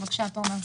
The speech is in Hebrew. בבקשה.